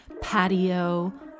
Patio